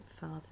Father